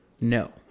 No